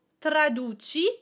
traduci